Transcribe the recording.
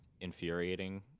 infuriating